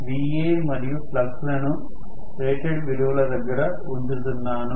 నేను Vaమరియు ఫ్లక్స్ లను రేటెడ్ విలువల దగ్గర ఉంచుతున్నాను